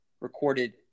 recorded